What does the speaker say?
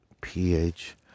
pH